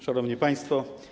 Szanowni Państwo!